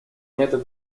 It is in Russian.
метод